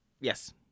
Yes